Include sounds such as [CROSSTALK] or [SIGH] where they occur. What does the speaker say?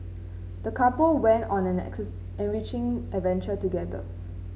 the couple went on an [UNINTELLIGIBLE] enriching adventure together